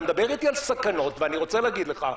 אתה מדבר אתי על סכנות ואני רוצה להגיד לך,